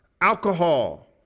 alcohol